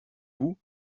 vous